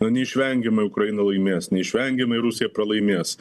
neišvengiamai ukraina laimės neišvengiamai rusija pralaimės